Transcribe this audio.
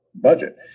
budget